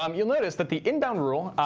um you'll notice that the inbound rule,